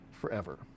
forever